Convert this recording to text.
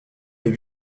les